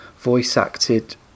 voice-acted